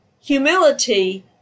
Humility